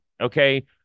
Okay